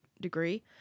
degree